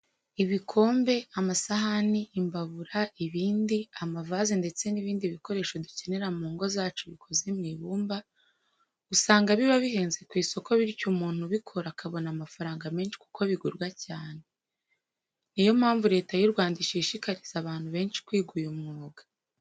Ibikombe, amasahani, imbabura, ibibindi, amavaze ndetse n'ibindi bikoresho dukenera mu ngo zacu bikoze mu ibumba usanga biba bihenze ku isoko bityo umuntu ubikora akabona amafaranga menshi kuko bigurwa cyane. Niyo mpamvu Leta y'u Rwanda ishishikariza abantu benshi kwiga uyu mwuga.